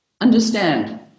understand